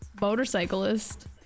motorcyclist